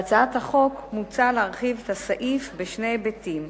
בהצעת החוק מוצע להרחיב את הסעיף בשני היבטים.